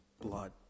blood